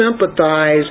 sympathize